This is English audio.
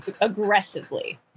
Aggressively